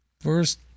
First